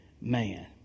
man